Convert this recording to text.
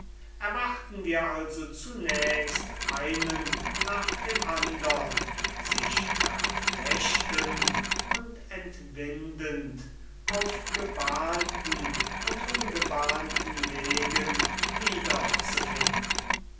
erwarten wir also zunächst einen nach dem andern sich verflechtend und entwindend auf gebahnten und ungebahnten wegen